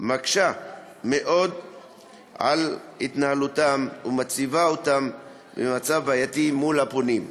מקשה מאוד על התנהלותם ומציבה אותם במצב בעייתי מול הפונים.